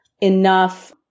enough